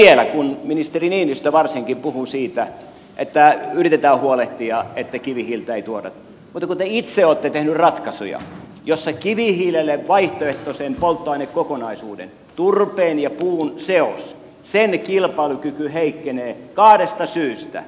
mutta vielä ministeri niinistö varsinkin puhui siitä että yritetään huolehtia siitä että kivihiiltä ei tuoda mutta te itse olette tehnyt ratkaisuja joissa kivihiilelle vaihtoehtoisen polttoainekokonaisuuden turpeen ja puun seoksen kilpailukyky heikkenee kahdesta syystä